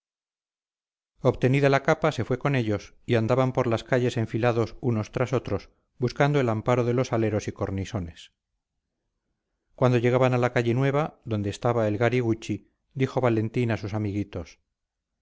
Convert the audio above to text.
obtenida la capa se fue con ellos y andaban por las calles enfilados unos tras otros buscando el amparo de los aleros y cornisones cuando llegaban a la calle nueva donde estaba el gari guchi dijo valentín a sus amiguitos